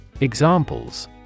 Examples